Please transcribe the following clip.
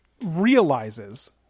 realizes